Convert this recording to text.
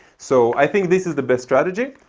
so i think this is the best strategy.